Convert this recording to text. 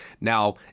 Now